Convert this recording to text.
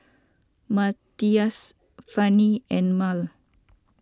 Mathias Fanny and Mal